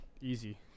easy